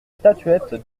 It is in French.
statuette